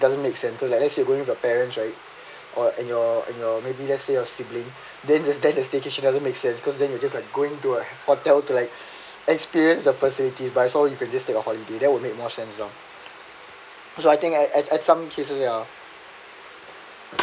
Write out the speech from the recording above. doesn't make sense cause like then you going with your parents right or in your in your maybe let's say your sibling then just the staycation doesn't make sense cause then you just like going to a hotel to like experience the facilities but it's all you can just take a holiday that would make more sense lah because I think at at at some cases ya